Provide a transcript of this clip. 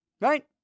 right